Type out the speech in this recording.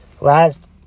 last